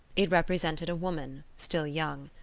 it represented a woman, still young.